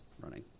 running